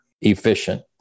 efficient